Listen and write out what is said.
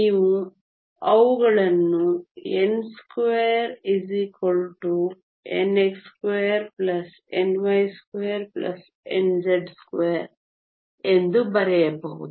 ನೀವು ಅವುಗಳನ್ನು n2nx2ny2nz2 ಎಂದು ಬರೆಯಬಹುದು